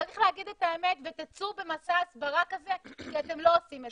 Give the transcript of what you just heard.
צריך להגיש את האמת ותצאו במסע הסברה כזה כי אתם לא עושים את זה.